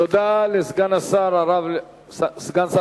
תודה לסגן שר הבריאות